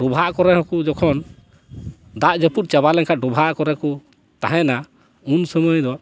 ᱰᱚᱵᱷᱟᱜ ᱠᱚᱨᱮ ᱦᱚᱸ ᱠᱚ ᱡᱚᱠᱷᱚᱱ ᱫᱟᱜ ᱡᱟᱹᱯᱩᱫ ᱪᱟᱵᱟ ᱞᱮᱱᱠᱷᱟᱱ ᱰᱚᱵᱷᱟᱜ ᱠᱚᱨᱮ ᱠᱚ ᱛᱟᱦᱮᱱᱟ ᱩᱱᱥᱩᱢᱟᱹᱭ ᱫᱚ